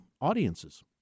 audiences